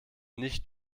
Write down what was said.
nicht